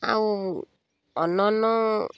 ଆଉ ଅନ୍ୟାନ୍ୟ